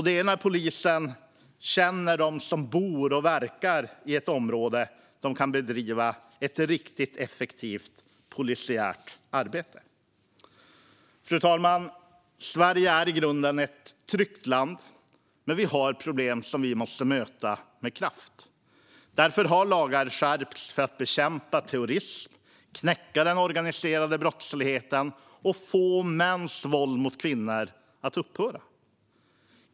Det är när polisen känner dem som bor och verkar i ett område den kan bedriva ett riktigt effektivt polisiärt arbete. Fru talman! Sverige är i grunden ett tryggt land, men vi har problem som vi måste möta med kraft. Därför har lagar skärpts för att bekämpa terrorism, knäcka den organiserade brottsligheten och få mäns våld mot kvinnor att upphöra.